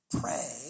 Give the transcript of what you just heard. Pray